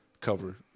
cover